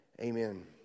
Amen